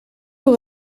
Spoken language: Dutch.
door